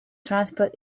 transport